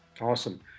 Awesome